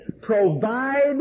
Provide